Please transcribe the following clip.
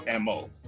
MO